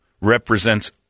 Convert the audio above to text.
represents